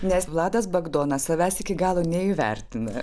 nes vladas bagdonas savęs iki galo neįvertina